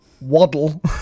Waddle